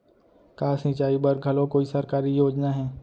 का सिंचाई बर घलो कोई सरकारी योजना हे?